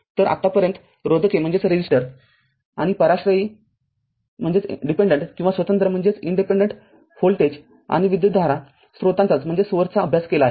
तरआतापर्यंत रोधके आणि पराश्रयी किंवा स्वतंत्र व्होल्टेज आणि विद्युतधारा स्रोतांचा अभ्यास केला आहे